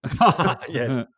Yes